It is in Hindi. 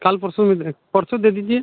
कल परसों परसों दे दीजिए